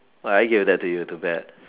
well I gave that to you too bad